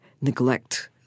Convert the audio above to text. neglect